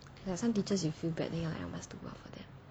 there are some teachers you feel badly I must do well for them